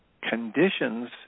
conditions